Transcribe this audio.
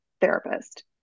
therapist